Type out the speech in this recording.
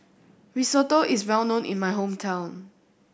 risotto is well known in my hometown